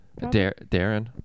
Darren